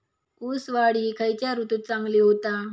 ऊस वाढ ही खयच्या ऋतूत चांगली होता?